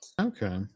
okay